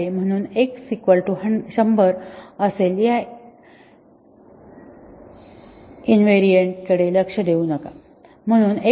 म्हणून x100 असेल या इंव्हेरिएंट कडे लक्ष देऊ नका